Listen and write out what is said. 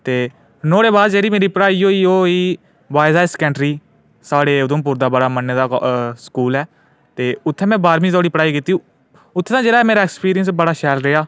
ते नुआढ़े बाद मेरी जेह्ड़ी पढ़ाई होई होई वोआयज हायर सकेंडरी साढ़े उधमपुर दा बडा मन्ने दा स्कूल ऐ उत्थूं में बाह्रमीं धोड़ी पढ़ाई कीती उत्थूं दा मेरे जेह्ड़ा ऐक्सपीरियंस जेह्ड़ा बडा शैल रेहा